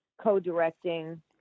co-directing